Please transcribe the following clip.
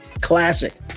Classic